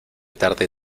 tarde